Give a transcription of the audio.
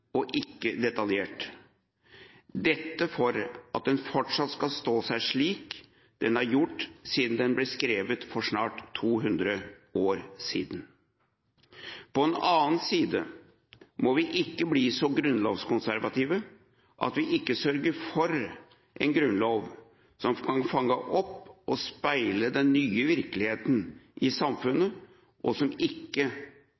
og ikke detaljert – dette for at den fortsatt skal stå seg slik den har gjort, siden den ble skrevet for snart 200 år siden. På den annen side må vi ikke bli så grunnlovskonservative at vi ikke sørger for en grunnlov som kan fange opp og speile den nye virkeligheten i